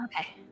Okay